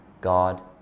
God